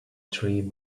tree